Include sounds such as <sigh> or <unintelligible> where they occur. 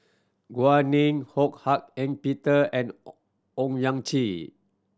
<unintelligible> Ning Ho Hak Ean Peter and <unintelligible> Owyang Chi